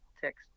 text